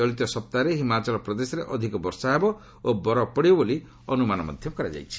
ଚଳିତ ସପ୍ତାହରେ ହିମାଚଳ ପ୍ରଦେଶରେ ଅଧିକ ବର୍ଷା ହେବ ଓ ବରଫ ପଡ଼ିବ ବୋଲି ଅନୁମାନ କରାଯାଉଛି